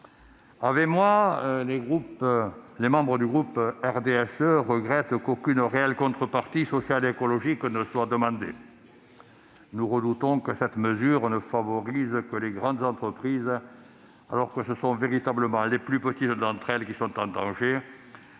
Avec moi, les membres du groupe du RDSE regrettent qu'aucune réelle contrepartie sociale ou écologique ne soit exigée. Nous redoutons que cette mesure ne favorise les grandes entreprises, alors que ce sont véritablement les plus petites d'entre elles qui sont en danger,